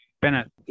Bennett